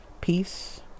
peace